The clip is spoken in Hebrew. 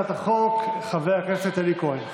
ביקש להתנגד להצעת החוק חבר הכנסת אלי כהן.